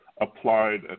applied